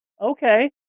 Okay